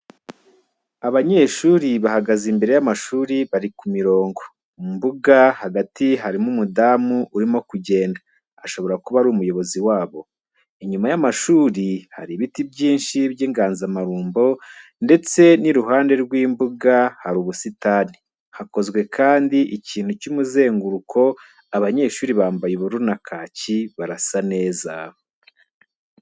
Abanyeshuri bahagaze imbere y'amashuri bari ku mirongo, mu mbuga hagati harimo umudamu urimo kugenda, ashobora kuba ari umuyobozi wabo. Inyuma y'amashuri hari ibiti byinshi by'inganzamarumbo ndetse n'iruhande rw'imbuga hari ubusitani, hakozwe kandi ikintu cy'umuzenguruko, abanyeshuri bambaye ubururu na kaki barasa neza.